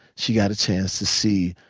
she got a chance to see